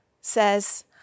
says